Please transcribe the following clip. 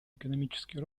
экономический